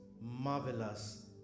marvelous